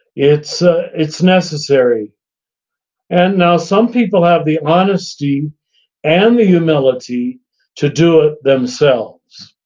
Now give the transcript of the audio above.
it's ah it's necessary and now some people have the honesty and the humility to do it themselves,